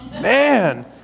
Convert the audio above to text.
man